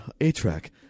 A-Track